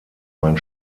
mein